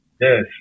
Yes